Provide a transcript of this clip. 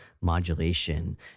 modulation